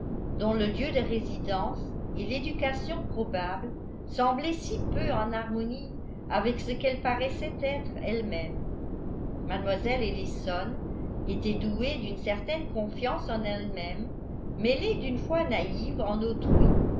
dont le lieu de résidence et l'éducation probable semblaient si peu en harmonie avec ce qu'elle paraissait être elle-même mlle ellison était douée d'une certaine confiance en elle-même mêlée d'une foi naïve en autrui